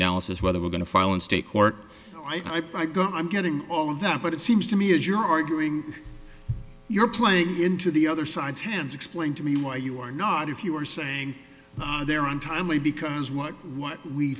analysis whether we're going to file in state court i got i'm getting all of that but it seems to me as you're arguing you're playing into the other side's hands explain to me why you are not if you are saying they're on timely because what what we